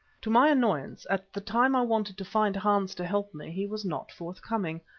to my annoyance, at the time i wanted to find hans to help me, he was not forthcoming.